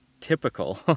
typical